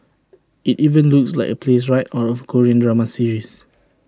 IT even looks like A place right out of Korean drama series